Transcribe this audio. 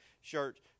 shirts